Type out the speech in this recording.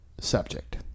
subject